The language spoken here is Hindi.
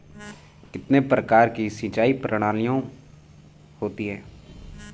कितने प्रकार की सिंचाई प्रणालियों होती हैं?